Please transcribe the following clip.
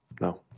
No